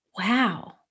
wow